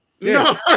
No